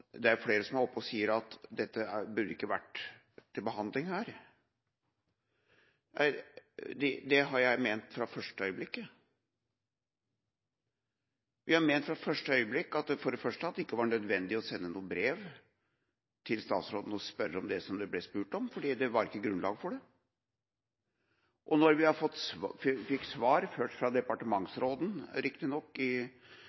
det er flere her som sier at dette ikke burde vært til behandling. Det har jeg ment fra første øyeblikk. Vi har fra første øyeblikk ment at det for det første ikke var nødvendig å sende noe brev til statsråden og spørre om det som det ble spurt om – for det var det ikke grunnlag for. Da vi fikk svar – riktignok først fra